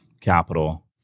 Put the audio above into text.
capital